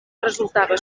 resultava